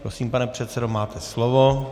Prosím, pane předsedo, máte slovo.